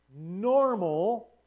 normal